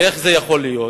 איך זה יכול להיות?